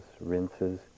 rinses